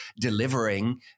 delivering